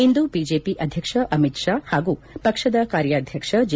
ಇಂದು BJP ಅಧ್ಯಕ್ಷ ಅಮಿತ್ ಶಾ ಹಾಗೂ ಪಕ್ಷದ ಕಾರ್ಯಾಧ್ಯಕ್ಷ ಜೆ